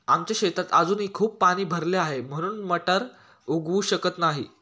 आमच्या शेतात अजूनही खूप पाणी भरले आहे, म्हणून मटार उगवू शकत नाही